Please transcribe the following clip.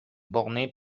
bornées